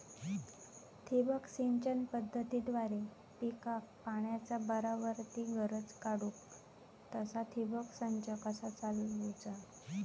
ठिबक सिंचन पद्धतीद्वारे पिकाक पाण्याचा बराबर ती गरज काडूक तसा ठिबक संच कसा चालवुचा?